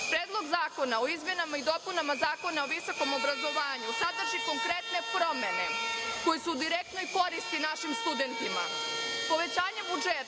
zakona o izmenama i dopunama Zakona o visokom obrazovanju sadrži konkretne promene koji su u direktnoj koristi našim studentima. Povećanjem budžeta